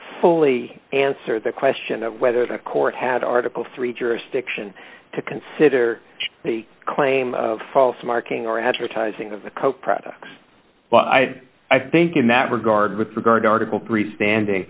fully answer the question of whether the court had article three jurisdiction to consider the claim false marking or advertising of the coke products i think in that regard with regard article three standing